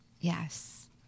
Yes